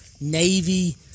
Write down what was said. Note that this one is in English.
Navy